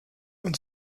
und